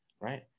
right